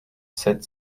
sept